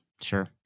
Sure